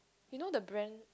you know the brand